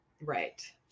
Right